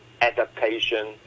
adaptation